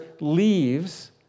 leaves